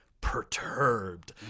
perturbed